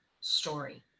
story